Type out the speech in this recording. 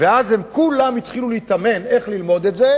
ואז הם כולם התחילו להתאמן איך ללמוד את זה.